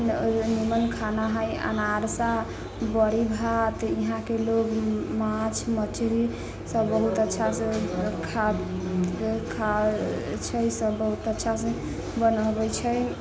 नीमन खाना हइ अनारसा बड़ी भात इहाँके लोक माछ मछली सब बहुत अच्छासँ खा खाइ छै सब बहुत अच्छासँ बनाबै छै